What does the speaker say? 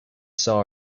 saw